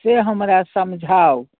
से हमरा समझाउ